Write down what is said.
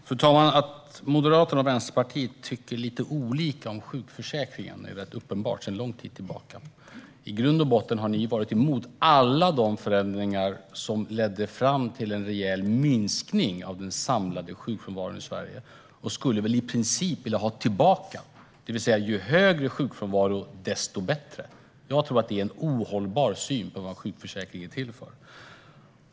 Fru talman! Att Moderaterna och Vänsterpartiet tycker lite olika om sjukförsäkringen är sedan lång tid tillbaka rätt uppenbart. I grund och botten har ni varit emot alla de förändringar som ledde fram till en reell minskning av den samlade sjukfrånvaron i Sverige. Ni skulle väl i princip vilja ha tillbaka det, det vill säga ju högre sjukfrånvaro, desto bättre. Jag tror att det är en ohållbar syn på vad sjukförsäkringen är till för.